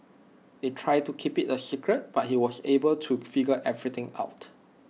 they tried to keep IT A secret but he was able to figure everything out